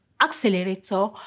accelerator